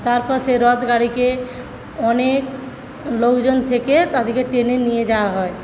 তারপর সেই রথ গাড়িকে অনেক লোকজন থেকে তাদিগে টেনে নিয়ে যাওয়া হয়